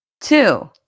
Two